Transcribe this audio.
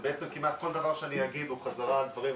ובעצם כמעט כל דבר שאני אגיד הוא חזרה על דברים.